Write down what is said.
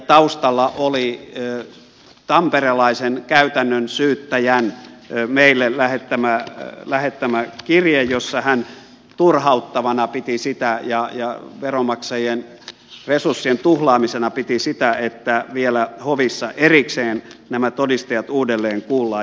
taustalla oli tamperelaisen käytännön syyttäjän meille lähettämä kirje jossa hän piti turhauttavana ja veronmaksajien resurssien tuhlaamisena sitä että vielä hovissa erikseen nämä todistajat uudelleen kuullaan